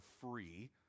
free